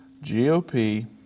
GOP